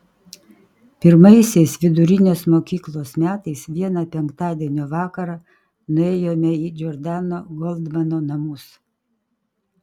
pirmaisiais vidurinės mokyklos metais vieną penktadienio vakarą nuėjome į džordano goldmano namus